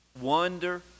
wonder